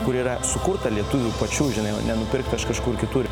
kur yra sukurta lietuvių pačių žinai o nenupirkta iš kažkur kitur